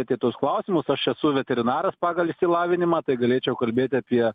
apie tuos klausimus aš esu veterinaras pagal išsilavinimą tai galėčiau kalbėti apie